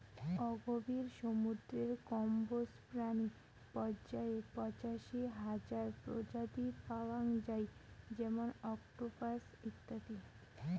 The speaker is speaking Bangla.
অগভীর সমুদ্রের কম্বোজ প্রাণী পর্যায়ে পঁচাশি হাজার প্রজাতি পাওয়াং যাই যেমন অক্টোপাস ইত্যাদি